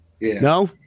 No